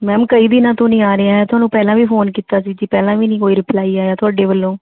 ma'am ਕਈ ਦਿਨਾਂ ਤੋਂ ਨੀ ਆ ਰਿਹਾ ਤੁਹਾਨੂੰ ਪਹਿਲਾਂ ਵੀ ਫੋਨ ਕੀਤਾ ਸੀ ਜੀ ਪਹਿਲਾਂ ਵੀ ਨਹੀਂ ਕੋਈ ਰਿਪਲਾਈ ਆਇਆ ਤੁਹਾਡੇ ਵੱਲੋਂ